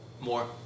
More